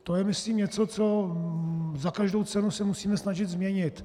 To je myslím něco, co se za každou cenu musíme snažit změnit.